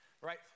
right